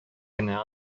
генә